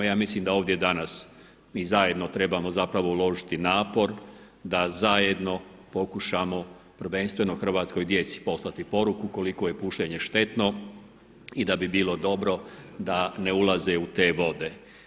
Ja mislim da ovdje danas mi zajedno trebamo zapravo uložiti napor da zajedno pokušamo prvenstveno hrvatskoj djeci poslati poruku koliko je pušenje štetno i da bi bilo dobro da ne ulaze u te vode.